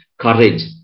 courage